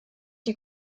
die